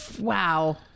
Wow